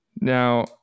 Now